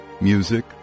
music